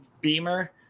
Beamer